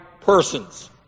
persons